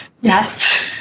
yes